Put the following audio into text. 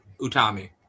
Utami